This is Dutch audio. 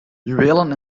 juwelen